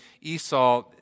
Esau